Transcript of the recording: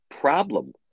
problem